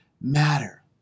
matter